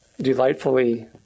Delightfully